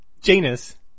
Janus